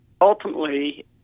ultimately